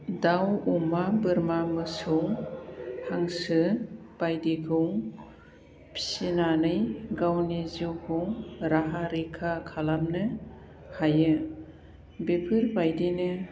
दाउ अमा बोरमा मोसौ हांसो बायदिखौ फिसिनानै गावनि जिउखौ राहा रैखा खालामनो हायो बेफोरबायदिनो